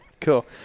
Cool